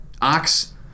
Ox